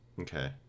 Okay